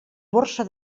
borsa